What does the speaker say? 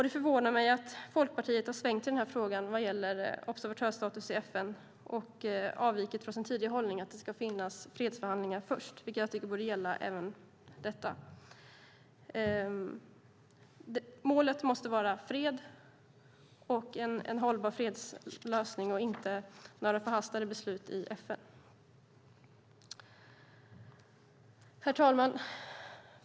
Det förvånar mig att Folkpartiet har svängt i frågan om observatörsstatus i FN och därmed avvikit från sin tidigare hållning att det ska finnas fredsförhandlingar först, vilket jag tycker borde gälla även detta. Målet måste vara fred och en hållbar fredslösning och inte några förhastade beslut i FN. Herr talman!